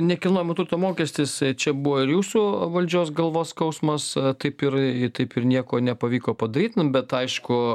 nekilnojamo turto mokestis čia buvo ir jūsų valdžios galvos skausmas taip ir taip ir nieko nepavyko padaryt nu bet aišku